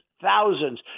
thousands